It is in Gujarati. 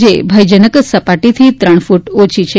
જે ભયજનક સપાટીથી ત્રણ ફુટ ઓછી છે